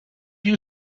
you